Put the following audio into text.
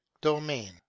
domain